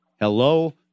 hello